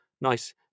nice